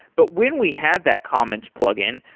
but when we have that comments plugin,